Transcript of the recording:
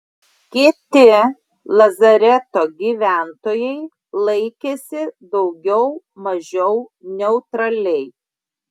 kiti lazareto gyventojai laikėsi daugiau mažiau neutraliai